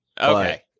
Okay